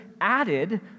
added